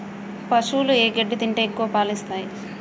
పశువులు ఏ గడ్డి తింటే ఎక్కువ పాలు ఇస్తాయి?